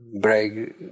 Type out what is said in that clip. break